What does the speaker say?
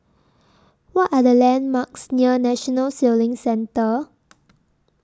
What Are The landmarks near National Sailing Centre